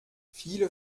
viele